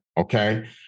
okay